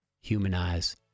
humanize